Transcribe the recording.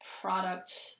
product